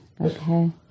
okay